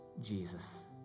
Jesus